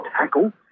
tackle